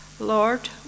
Lord